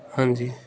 ਹਾਂਜੀ